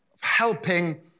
helping